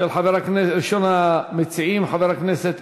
הצעות לסדר-היום מס' 986,